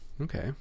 okay